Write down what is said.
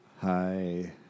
Hi